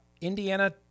indiana